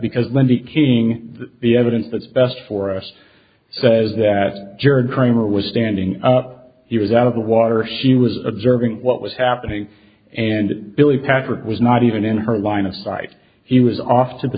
because when the king the evidence that's best for us says that jared kramer was standing up he was out of the water she was observing what was happening and billy packer it was not even in her line of sight he was off to the